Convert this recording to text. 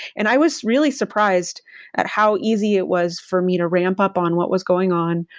and i was really surprised at how easy it was for me to ramp up on what was going on,